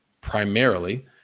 primarily